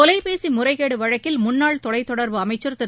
தொலைபேசி முறைகேடு வழக்கில் முன்னாள் தொலைத்தொடர்பு அமைச்சர் திரு